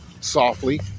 softly